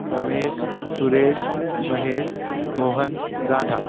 Ramesh Suresh Mahesh Mohan Radha